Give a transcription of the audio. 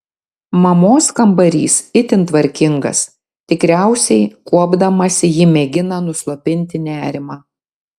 mamos kambarys itin tvarkingas tikriausiai kuopdamasi ji mėgina nuslopinti nerimą